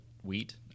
Wheat